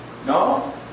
No